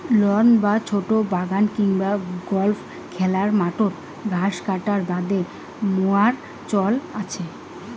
loan বা ছোট বাগান কিংবা গল্ফ খেলার মাঠত ঘাস কাটার বাদে মোয়ার চইল আচে